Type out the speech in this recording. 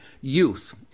youth